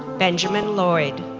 benjamin lloyd,